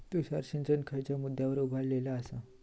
तुषार सिंचन खयच्या मुद्द्यांवर उभारलेलो आसा?